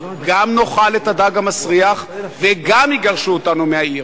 גם נאכל את הדג המסריח וגם יגרשו אותנו מהעיר,